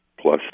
plus